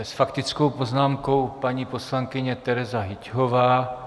S faktickou poznámkou paní poslankyně Tereza Hyťhová.